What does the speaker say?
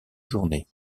journée